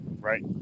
right